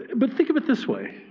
but think of it this way.